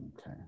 okay